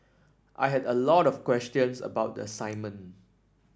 I had a lot of questions about the assignment